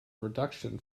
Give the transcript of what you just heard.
reduction